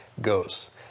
goes